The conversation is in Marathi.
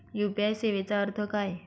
यू.पी.आय सेवेचा अर्थ काय?